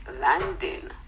landing